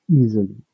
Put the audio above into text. easily